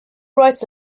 writes